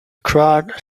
crowd